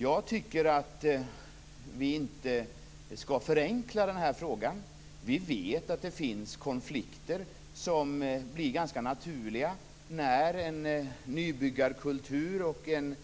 Jag tycker att vi inte skall förenkla den här frågan. Vi vet att det finns konflikter. Det blir ganska naturligt när en nybyggarkultur och en,